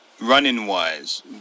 Running-wise